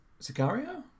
Sicario